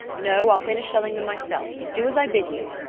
no, i'll finish shelling them myself. do as i bid you.